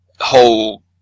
whole